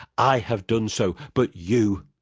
i have done so but you,